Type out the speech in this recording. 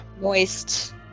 moist